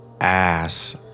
ass